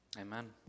Amen